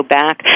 back